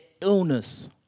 illness